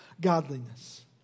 godliness